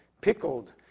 Pickled